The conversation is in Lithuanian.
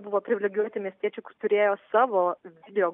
buvo privilegijuoti miestiečiai kur turėjo savo video